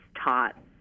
taught